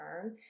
term